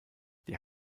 die